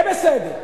זה בסדר.